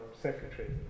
secretary